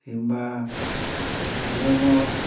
କିମ୍ବା ଗ୍ରୋମର୍